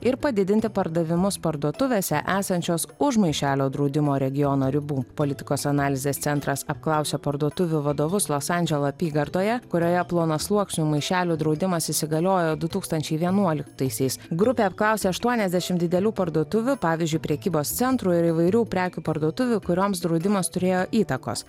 ir padidinti pardavimus parduotuvėse esančios už maišelio draudimo regiono ribų politikos analizės centras apklausė parduotuvių vadovus los andželo apygardoje kurioje plonasluoksnių maišelių draudimas įsigaliojo du tūkstančiai vienuoliktaisiais grupė apklausė aštuoniasdešim didelių parduotuvių pavyzdžiui prekybos centrų ir įvairių prekių parduotuvių kurioms draudimas turėjo įtakos